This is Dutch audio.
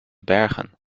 bergen